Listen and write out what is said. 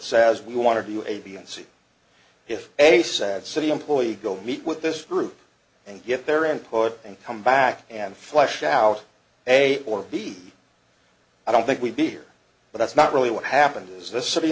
says we want to do a b and c if a sad city employee go meet with this group and get their input and come back and flush out a or b i don't think we'd be here but that's not really what happened is th